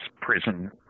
prison